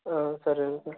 సరే సార్